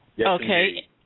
Okay